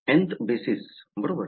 nth basis बरोबर